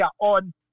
on